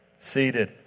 seated